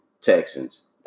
Texans